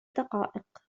دقائق